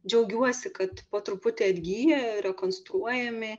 džiaugiuosi kad po truputį atgyja rekonstruojami